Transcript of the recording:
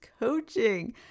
coaching